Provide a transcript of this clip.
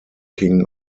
king